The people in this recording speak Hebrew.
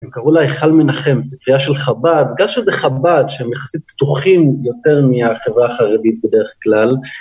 הם קראו לה היכל מנחם, ספרייה של חב"ד, גם שזה חב"ד שהם יחסית פתוחים יותר מהחברה החרדית בדרך כלל.